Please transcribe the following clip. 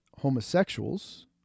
homosexuals